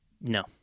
No